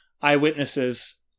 eyewitnesses